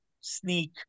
sneak